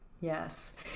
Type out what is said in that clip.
Yes